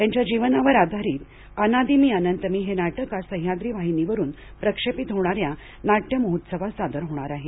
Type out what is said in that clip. त्यांच्या जीवनावर आधारित अनादि मी अनंत मी हे नाटक आज सह्याद्री वाहिनीवरून प्रक्षेपित होणाऱ्या नाट्य महोत्सवात सादर होणार आहे